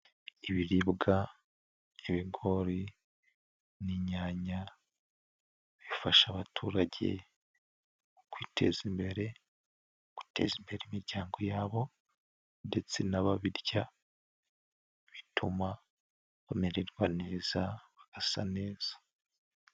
Ibiribwa by'ibigori n'inyanya bifasha abaturage kwiteza imbere, guteza imbere imiryango yabo ndetse n'ababirya bituma bamererwa neza bagasa neza.